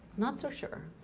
not so sure.